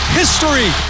history